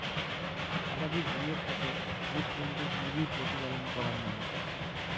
আবাদি ভুঁইয়ের সথে জীবজন্তুুর নিবিড় প্রতিপালন করার নাগে